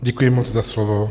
Děkuji moc za slovo.